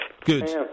Good